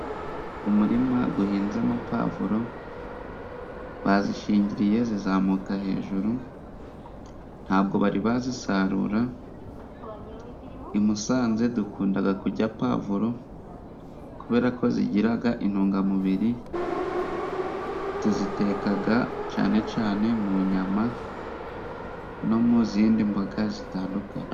Umurima guhinzemo pavuro， bazishingiriye zizamuka hejuru， ntabwo bari bazisarura，i Musanze dukundaga kurya pavuro kubera ko zigiraga intungamubiri，tuzitekaga cane cane mu nyama no mu zindi mboga zitandukanye